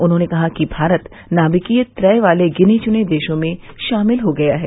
उन्होंने कहा कि भारत नाभिकीय त्रय वाले गिने चुने देशों में शामिल हो गया है